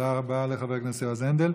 תודה רבה לחבר הכנסת יועז הנדל.